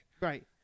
Right